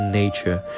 nature